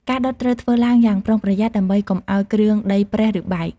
ការដុតត្រូវធ្វើឡើងយ៉ាងប្រុងប្រយ័ត្នដើម្បីកុំឲ្យគ្រឿងដីប្រេះឬបែក។